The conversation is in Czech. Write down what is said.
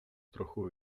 trochu